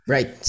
Right